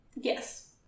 Yes